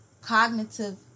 cognitive